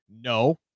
No